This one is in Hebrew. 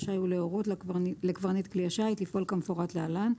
רשאי הוא להורות לקברניט כלי השיט לפעול כמפורט להלן,